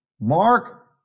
Mark